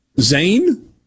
Zane